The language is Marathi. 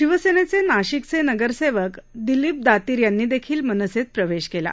शिवसेनेचे नाशिकचे नगरसेवक दिलीप दातीर यांनी देखील मनसेत प्रवेश केला